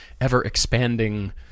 ever-expanding